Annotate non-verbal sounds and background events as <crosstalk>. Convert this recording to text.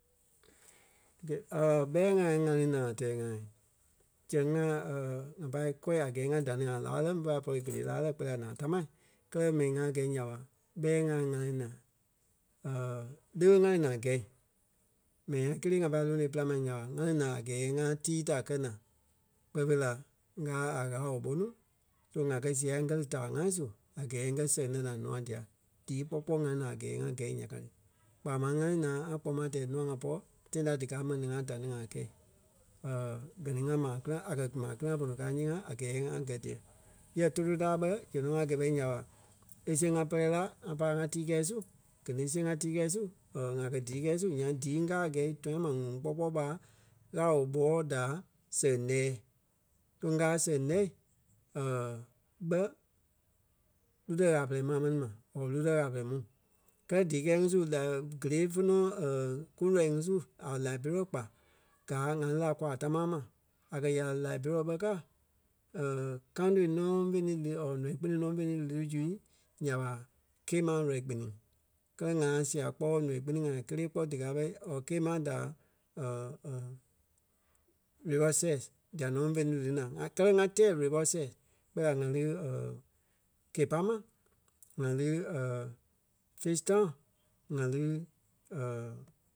Gɛ- <hesitation> ɓɛi ŋai ŋá li naa a tɛɛ-ŋa. Zɛŋ ŋai <hesitation> a pâi kɔi a gɛɛ ŋa da ní ŋai láa lɛ́ ḿve pai pɔri gélee láa lɛ́ kpɛɛ la naa tamaa. Kɛ́lɛ mɛni ŋa gɛi nya ɓa, ɓɛi ŋai ŋá lí naa. <hesitation> le ɓé ŋá lí naa gɛ́i. Mɛnii ŋai kélee a pâi lonoi e pîlaŋ ma nya ɓa ŋá lí naa a gɛɛ ŋa tii ta kɛ́ naa. Kpɛɛ fêi la, ŋ́gaa a ŋâla-woo ɓó nuu so ŋá kɛ̀ sia ŋ́gɛ lí taai ŋai su a gɛɛ ŋ́gɛ sɛŋ lɛ́ naa nûa dia. Díi kpɔ́ kpɔɔi ŋa lí naa a gɛɛ a gɛi nya ka ti. Kpaa máŋ ŋá lí naa ŋa kpoma tɛɛ nûa ŋai pɔ́ tãi da díkaa mɛni ŋai da ní ŋai kɛi. <hesitation> Gɛ ni maa clan a kɛ̀ maa clan tɔnɔ káa ńyee-ŋa a gɛɛ ŋa gɛ́ diɛ. Yɛ Totota bɛ, zɛŋ nɔ ŋa gɛ́i bɛ nya ɓa e siɣe ŋa pɛrɛ la ȧ pai ŋá tii kɛɛ su. Gɛ ni e siɣe ŋá tii kɛɛ su <hesitation> ŋá kɛ́ tii kɛɛ su nyaŋ díi ŋí ŋ́gaa gɛi tɔ̃yâ ma ŋuŋ kpɔ́ kpɔɔi ɓa Ɣâla-woo ɓóɔɔ da sɛŋ lɛ́ɛ. So ŋ́gaa sɛŋ lɛ́ <hesitation> bɛ Lûtɛ ŋâla-pɛrɛ maa mɛni ma or Lûtɛ ŋâla-pɛrɛ mu. Kɛ́lɛ dii kɛi ŋí su leɛ̂ gélee fe nɔ <hesitation> kúlɔii ŋí su or Liberia kpa. Gaa ŋá lí la kwa támaa ma. A kɛ̀ ya lí a Liberia bɛ kɛ <hesitation> County nɔ fé ní lii or nɔii kpiniŋ nɔ fe ni lii ti zu nya ɓa Cape Mount nɔ́ii kpiniŋ. Kɛlɛ ŋa sia kpɔ́ nɔii kpiniŋ ŋai kélee kpɔ́ díkaa ɓɛi or Count Mount daa <hesitation> River Cess dia nɔ fe ní lí ti naa. ŋa- kɛ́lɛ ŋá tɛɛ River Cess kpɛɛ la ŋá li <hesitation> Cape Palma ŋá lí <hesitation> Fish Town, ŋá lí <hesitation>